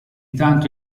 tanto